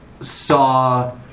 saw